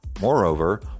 Moreover